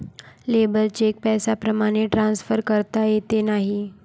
labour cheque पैशाप्रमाणे transfer करता येत नाही